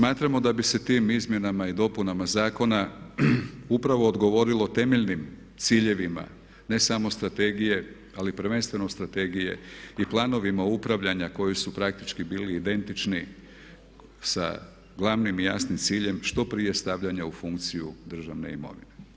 Smatramo da bi se tim izmjenama i dopunama zakona upravo odgovorilo temeljnim ciljevima, ne samo strategije ali prvenstveno strategije i planovima upravljanja koji su praktički bili identični sa glavnim i jasnim ciljem što prije stavljanja u funkciju državne imovine.